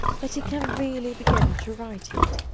that he can really begin to write it.